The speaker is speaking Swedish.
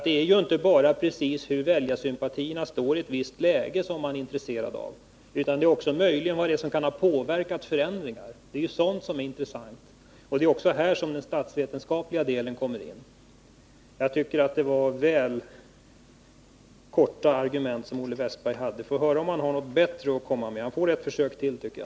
Det är ju inte bara precis hur väljarsympatierna står i ett visst läge som man är intresserad av utan också vad som kan ha påverkat förändringarna — och det är här som den statsvetenskapliga delen kommer in. Jag tycker att det var väl knappa argument som Olle Wästberg hade. Vi får höra om han har något bättre att komma med — han får ett försök till, tycker jag.